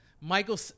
Michael